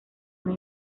una